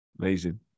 Amazing